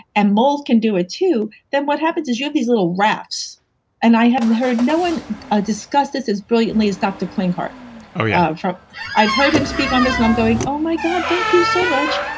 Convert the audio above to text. and mold can do it too, then what happens is you have these little rafts and i have heard no one ah discuss this as brilliantly as doctor klinghardt oh yeah i've heard him speak on this and i'm going, oh my god. thank you so much.